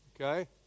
Okay